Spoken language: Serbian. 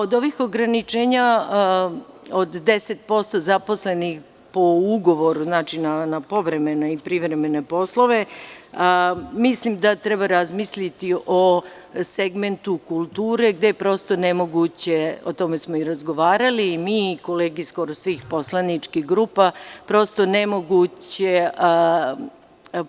Ova ograničenja od 10% zaposlenih po ugovoru, znači, na povremene i privremene poslove, mislim da treba razmisliti o segmentu kulture, gde je prosto nemoguće, o tome smo i razgovarali i kolege skoro svih poslaničkih grupa,